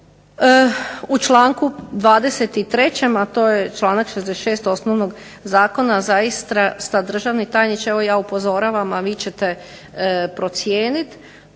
U članku 23. a to je članak 66. osnovnog Zakona zaista državni tajniče evo ja upozoravam a vi ćete procijenit,